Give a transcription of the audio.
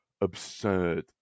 absurd